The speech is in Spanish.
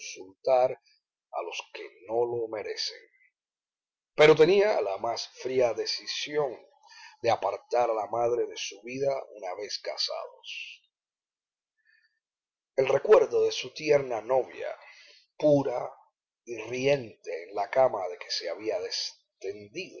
insultar a los que no lo merecen pero tenía la más fría decisión de apartar a la madre de su vida una vez casados el recuerdo de su tierna novia pura y riente en la cama de que se había destendido